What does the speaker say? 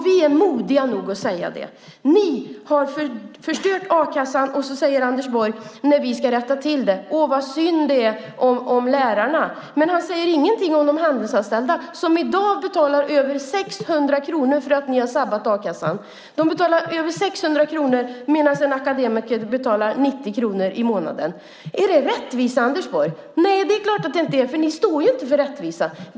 Vi är modiga nog att säga det. Ni har förstört a-kassan, och när vi ska rätta till detta säger Anders Borg att det är synd om lärarna. Men han säger ingenting om de handelsanställda, som i dag betalar över 600 kronor för att ni har sabbat a-kassan. De betalar över 600 kronor medan en akademiker betalar 90 kronor i månaden. Är det rättvisa, Anders Borg? Nej, det är klart att det inte är det. Ni står inte för rättvisa.